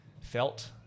felt